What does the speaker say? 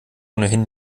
ohnehin